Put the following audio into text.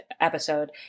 episode